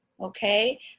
Okay